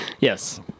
Yes